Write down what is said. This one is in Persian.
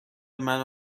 منو